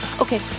Okay